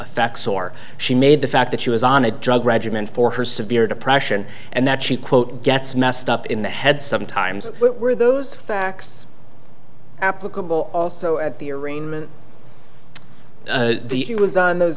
effects or she made the fact that she was on a drug regimen for her severe depression and that she quote gets messed up in the head sometimes were those facts applicable also at the arraignment the he was on those